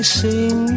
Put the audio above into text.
sing